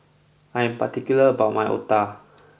I am particular about my Otah